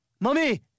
Mommy